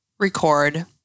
Record